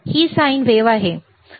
होय ही sine wave आहे ठीक आहे